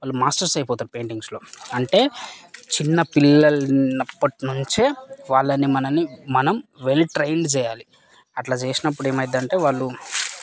వాళ్ళు మాస్టర్స్ అయిపోతారు పెయింటింగ్స్ లో అంటే చిన్నపిల్లల ఉన్నపటి నుంచే వాళ్ళని మనని మనం వెల్ ట్రయిన్డ్ చేయాలి అట్లా చేసినప్పుడు ఏమైద్దంటే వాళ్ళు